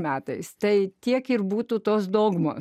metais tai tiek ir būtų tos dogmos